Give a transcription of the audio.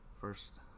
First